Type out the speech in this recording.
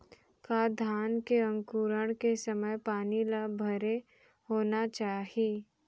का धान के अंकुरण के समय पानी ल भरे होना चाही?